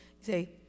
Say